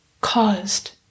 caused